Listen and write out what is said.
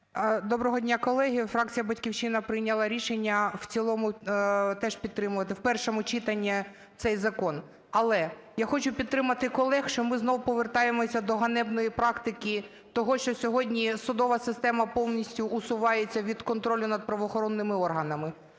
Доброго дня, колеги! Фракція "Батьківщина" прийняла рішення в цілому теж підтримувати в першому читанні цей закон. Але я хочу підтримати колег, що ми знову повертаємося до ганебної практики того, що сьогодні судова система повністю усувається від контролю над правоохоронними органам.